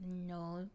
no